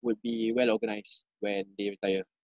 would be well organised when they retire